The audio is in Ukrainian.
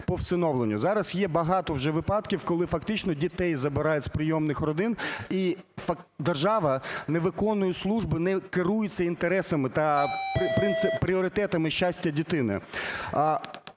Зараз є багато вже випадків, коли фактично дітей забирають з прийомних родин і держава не виконує, служби не керуються інтересами та пріоритетами щастя дитини.